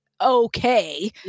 okay